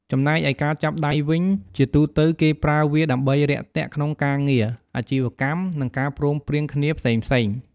ចំណែកឯការចាប់ដៃវិញ ជាទូទៅគេប្រើវាដើម្បីរាក់ទាក់ក្នុងការងារ អាជីវកម្ម និងការព្រមព្រៀងគ្នាផ្សេងៗ។